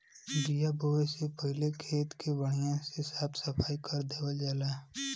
बिया बोये से पहिले खेत के बढ़िया से साफ सफाई कर देवल जाला